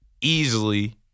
easily